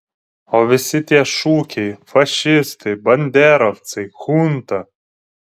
o visi tie šūkiai fašistai banderovcai chunta